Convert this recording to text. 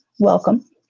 Welcome